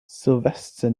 sylvester